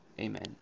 Amen